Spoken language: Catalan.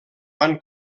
van